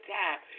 time